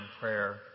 prayer